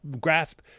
grasp